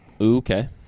Okay